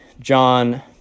John